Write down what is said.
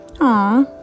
Aw